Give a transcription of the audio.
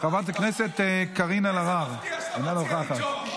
חברת הכנסת קארין אלהרר, אינה נוכחת.